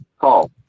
call